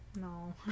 no